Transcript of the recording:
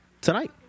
tonight